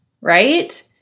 Right